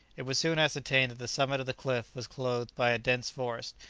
it was soon ascertained that the summit of the cliff was clothed by a dense forest,